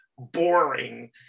boring